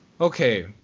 Okay